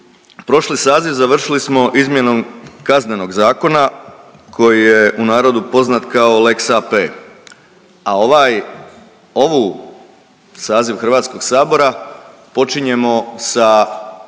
prošli saziv završili smo izmjenom Kaznenog zakona koji je u narodu poznat kao lex AP, a ovaj ovu saziv HS-a počinjemo sa